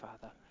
Father